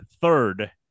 third